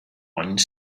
one